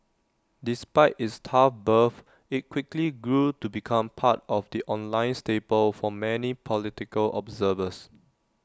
despite its tough birth IT quickly grew to become part of the online staple for many political observers